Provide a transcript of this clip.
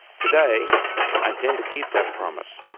today i intend to keep that promise.